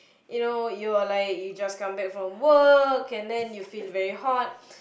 you know you are like you just come back from work and then you feel very hot